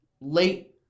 late